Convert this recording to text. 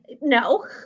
No